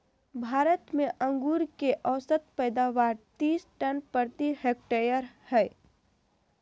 भारत में अंगूर के औसत पैदावार तीस टन प्रति हेक्टेयर हइ